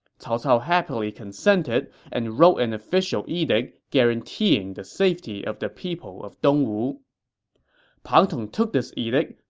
cao cao happily consented and wrote an official edict guaranteeing the safety of the people of dong wu pang tong took this edict,